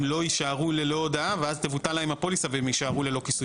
הם לא יישארו ללא הודעה ואז תבוטל להם הפוליסה והם יישארו ללא כיסוי.